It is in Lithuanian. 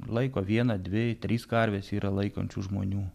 laiko vieną dvi tris karves yra laikančių žmonių